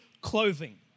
clothing